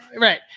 Right